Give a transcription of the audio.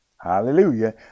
hallelujah